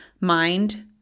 mind